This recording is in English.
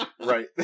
Right